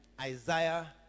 Isaiah